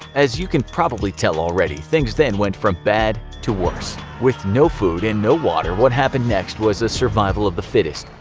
as you can probably tell already, things then went from bad to worse. with no food and no water what happened next was a survival of the fittest.